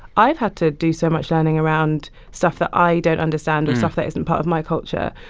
i've had to do so much learning around stuff that i don't understand or stuff that isn't part of my culture.